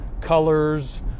colors